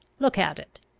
look at it.